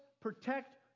Protect